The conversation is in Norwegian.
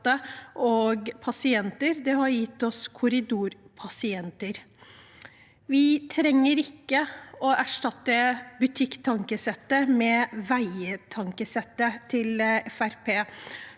og det har gitt oss korridorpasienter. Vi trenger ikke å erstatte butikktankesettet med veitankesettet til